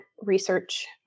research